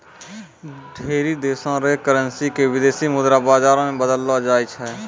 ढेरी देशो र करेन्सी क विदेशी मुद्रा बाजारो मे बदललो जाय छै